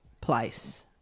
place